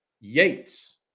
Yates